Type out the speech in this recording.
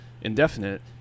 indefinite